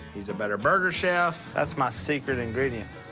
he's a better burger chef. that's my secret ingredient.